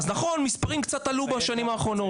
אז נכון, מספרים קצת עלו בשנים האחרונות.